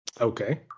Okay